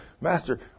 Master